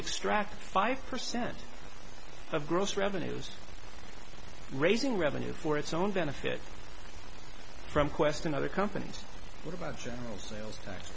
extract five percent of gross revenues raising revenue for its own benefit from qwest and other companies what about general sales tax